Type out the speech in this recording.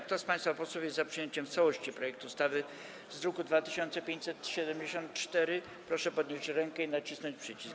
Kto z państwa posłów jest za przyjęciem w całości projektu ustawy z druku nr 2574, zechce podnieść rękę i nacisnąć przycisk.